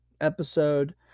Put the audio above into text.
episode